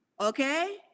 Okay